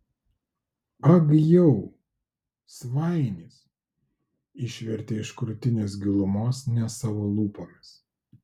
ag jau svainis išvertė iš krūtinės gilumos ne savo lūpomis